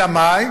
אלא מאי?